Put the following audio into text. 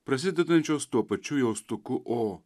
prasidedančios tuo pačiu jaustuku o